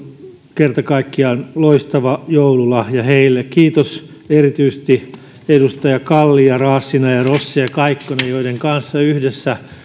kerta kaikkiaan loistava joululahja heille kiitos erityisesti edustajille kalli raassina rossi ja kaikkonen joiden kanssa yhdessä